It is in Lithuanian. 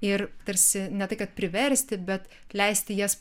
ir tarsi ne tai kad priversti bet leisti jas